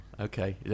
Okay